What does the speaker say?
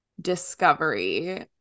discovery